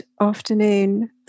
afternoon